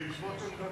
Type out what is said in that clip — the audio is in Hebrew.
ועדת השרים לחקיקה,